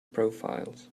profiles